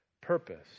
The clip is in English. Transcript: purpose